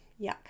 yuck